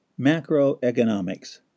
macroeconomics